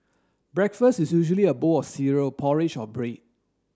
breakfast is usually a bowl of cereal porridge or bread